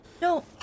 No